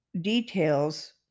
details